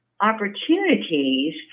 opportunities